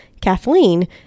Kathleen